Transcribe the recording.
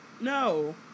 no